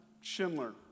Schindler